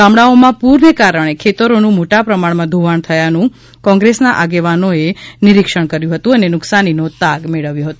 ગામડાઓમાં પૂરને કારણે ખેતરોનું મોટા પ્રમાણમાં ધોવાણ થયાનું કોંગ્રેસના આગેવાનોએ નિરીક્ષણ કર્યુ હતું અને નુકસાનીનો તાગ મેળવ્યો હતો